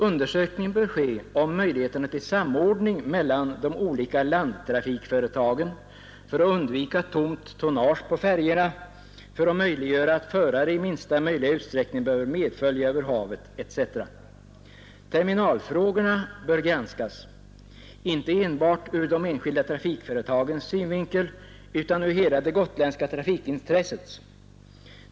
Undersökning bör ske om möjligheterna till samordning mellan de olika landtrafikföretagen för att undvika tomt tonnage på färjorna, för att möjliggöra att förare i minsta möjliga utsträckning behöver medfölja över havet etc. Terminalfrågorna bör granskas, inte enbart ur de enskilda trafikföretagens synvinkel utan ur hela det gotländska trafikintressets.